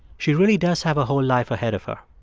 she really does have a whole life ahead of her.